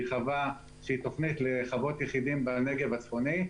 שהיא תוכנית לחוות יחידים בנגב הצפוני,